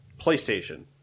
PlayStation